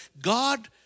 God